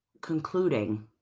concluding